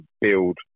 build